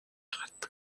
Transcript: гардаг